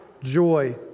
joy